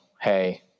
Hey